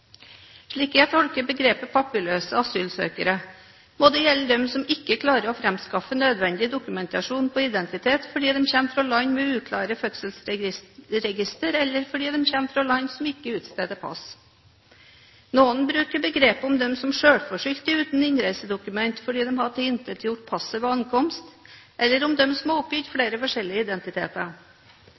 Slik jeg tolker begrepet «papirløse asylsøkere», må det gjelde dem som ikke klarer å framskaffe nødvendig dokumentasjon på identitet fordi de kommer fra land med uklare fødselsregistre, eller fordi de kommer fra land som ikke utsteder pass. Noen bruker begrepet om dem som selvforskyldt er uten innreisedokument fordi de har tilintetgjort passet ved ankomst, eller om dem som har oppgitt flere forskjellige identiteter.